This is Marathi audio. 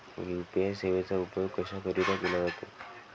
यू.पी.आय सेवेचा उपयोग कशाकरीता केला जातो?